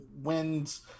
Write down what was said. wins